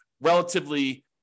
relatively